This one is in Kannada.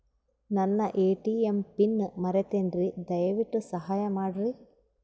ನನ್ನ ಎ.ಟಿ.ಎಂ ಪಿನ್ ಮರೆತೇನ್ರೀ, ದಯವಿಟ್ಟು ಸಹಾಯ ಮಾಡ್ರಿ